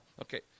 okay